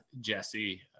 jesse